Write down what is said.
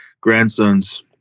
grandsons